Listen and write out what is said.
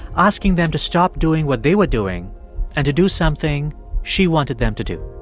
asking them to stop doing what they were doing and to do something she wanted them to do.